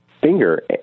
finger